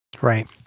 Right